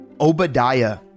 Obadiah